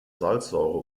salzsäure